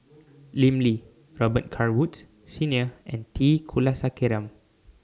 Lim Lee Robet Carr Woods Senior and T Kulasekaram